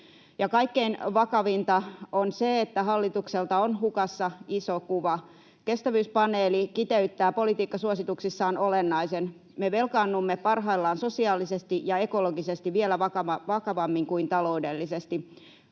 Kaikkein vakavinta on se, että hallitukselta on hukassa iso kuva. Kestävyyspaneeli kiteyttää politiikkasuosituksissaan olennaisen: Me velkaannumme parhaillaan vielä vakavammin sosiaalisesti ja ekologisesti kuin taloudellisesti.